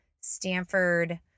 Stanford